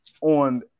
on